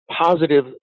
positive